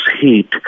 heat